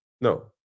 No